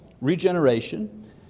regeneration